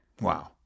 Wow